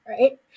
right